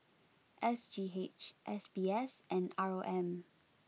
S G H S B S and R O M